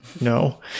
No